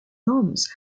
norms